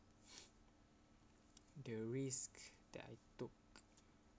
the risk that I took